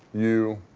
you,